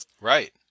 Right